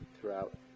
throughout